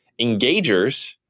Engagers